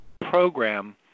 program